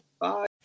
Bye